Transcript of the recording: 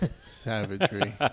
Savagery